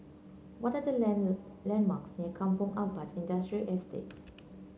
what are the landmarks near Kampong Ampat Industrial Estate